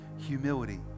Humility